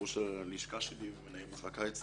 ואז אתם יודעים, אני מסודר עם הקבה.